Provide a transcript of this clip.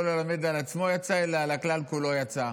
לא ללמד על עצמו יצא אלא על הכלל כולו יצא.